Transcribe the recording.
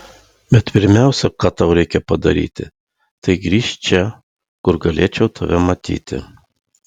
bet pirmiausia ką tau reikia padaryti tai grįžt čia kur galėčiau tave matyti